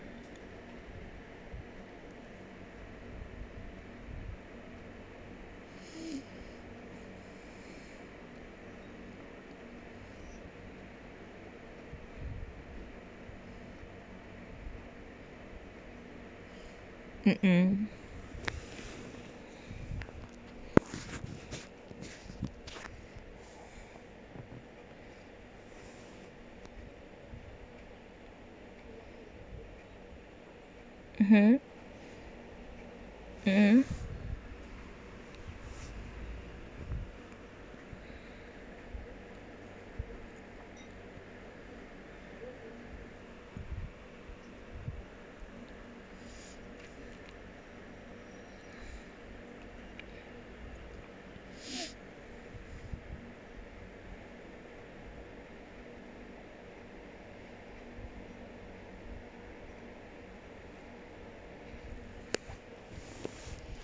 uh uh uh